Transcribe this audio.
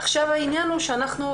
אנחנו,